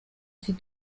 sie